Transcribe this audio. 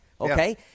Okay